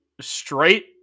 straight